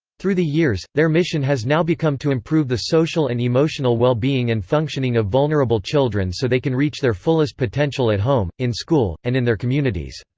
through the years, their mission has now become to improve the social and emotional well-being and functioning of vulnerable children so they can reach their fullest potential at home, in school, and in their communities.